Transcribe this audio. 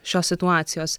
šios situacijos